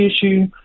issue